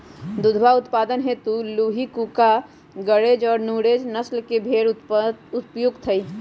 दुधवा उत्पादन हेतु लूही, कूका, गरेज और नुरेज नस्ल के भेंड़ उपयुक्त हई